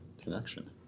Connection